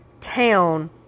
town